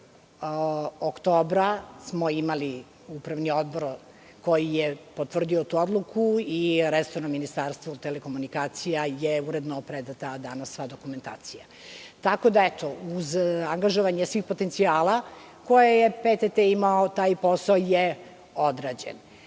oktobra smo imali upravni odbor koji je potvrdio tu odluku i resornom Ministarstvu telekomunikacija je uredno predata danas sva dokumentacija. Uz angažovanje svih potencijala koje je PTT imao, taj posao je odrađen. Tačno